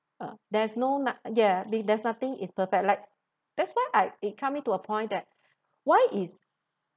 uh there's no noth~ ya th~ there's nothing is perfect like that's why I it coming to a point that why is